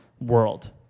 World